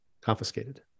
confiscated